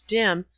dim